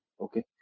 okay